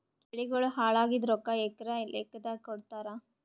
ಬೆಳಿಗೋಳ ಹಾಳಾಗಿದ ರೊಕ್ಕಾ ಎಕರ ಲೆಕ್ಕಾದಾಗ ಕೊಡುತ್ತಾರ?